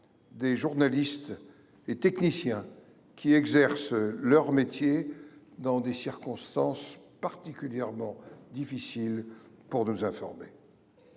des journalistes et techniciens qui exercent leur métier dans des circonstances particulièrement difficiles pour nous informer.